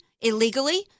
illegally